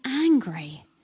angry